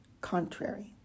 contrary